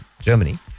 germany